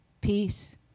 peace